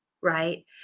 right